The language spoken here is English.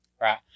Right